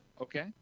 okay